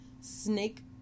Snake